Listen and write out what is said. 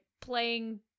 playing